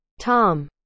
Tom